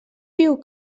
viu